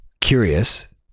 curious